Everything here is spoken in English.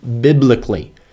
biblically